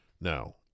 Now